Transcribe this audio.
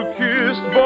kissed